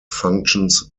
functions